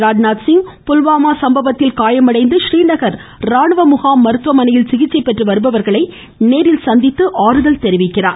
ராஜ்நாத் சிங் புல்வாமா சம்பவத்தில் காயமடைந்து றீநகர் ராணுவ முகாம் மருத்துவமனையில் சிகிச்சை பெற்று வருபவர்களை நேரில் சந்தித்து ஆறுதல் தெரிவிக்க உள்ளார்